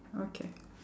okay